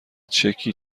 چکی